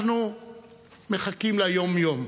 אנחנו מחכים ליום-יום,